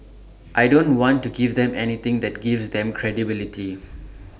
I don't want to give them anything that gives them credibility